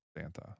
Santa